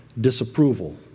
disapproval